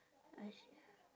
I